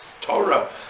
Torah